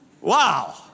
Wow